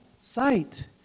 sight